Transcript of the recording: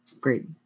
Great